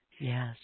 Yes